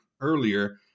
earlier